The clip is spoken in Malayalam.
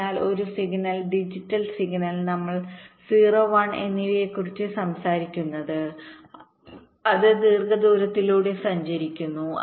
അതിനാൽ ഒരു സിഗ്നൽ ഡിജിറ്റൽ സിഗ്നൽ നമ്മൾ 0 1 എന്നിവയെക്കുറിച്ചാണ് സംസാരിക്കുന്നത് അത് ദീർഘദൂരത്തിലൂടെ സഞ്ചരിക്കുന്നു